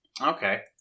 Okay